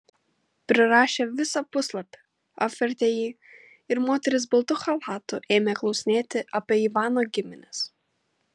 prirašę visą puslapį apvertė jį ir moteris baltu chalatu ėmė klausinėti apie ivano gimines